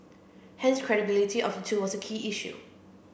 hence credibility of the two was a key issue